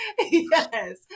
Yes